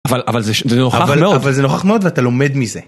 אבל זה נוכח מאוד, אבל זה נוכח מאוד ואתה לומד מזה.